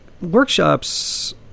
workshops